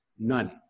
none